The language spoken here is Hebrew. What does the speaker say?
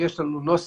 יש לנו נוסח